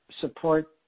support